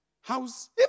House